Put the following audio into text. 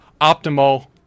optimal